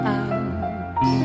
out